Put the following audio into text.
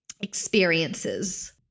experiences